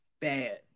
Bad